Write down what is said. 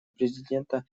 президента